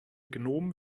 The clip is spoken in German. gnom